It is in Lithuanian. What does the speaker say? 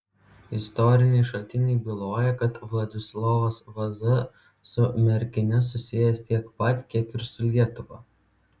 istoriniai šaltiniai byloja kad vladislovas vaza su merkine susijęs tiek pat kiek ir su lietuva